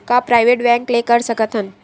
का private bank ले कर सकत हन?